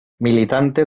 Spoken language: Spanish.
militante